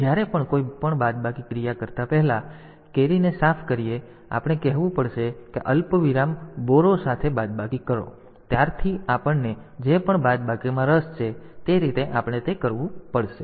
તો જ્યારે પણ કોઈ પણ બાદબાકીની ક્રિયા કરતા પહેલા આપણે પહેલા carry સાફ કરવી પડશે અને પછી આપણે કહેવું પડશે કે અલ્પવિરામ ઉધાર સાથે બાદબાકી કરો ત્યારથી આપણને જે પણ બાદબાકીમાં રસ છે તે રીતે આપણે તે કરવું પડશે